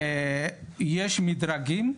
יש מדרגים,